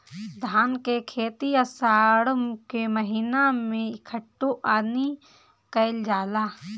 धान के खेती आषाढ़ के महीना में बइठुअनी कइल जाला?